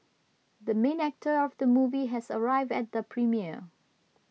the main actor of the movie has arrived at the premiere